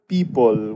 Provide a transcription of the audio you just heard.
people